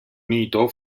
unito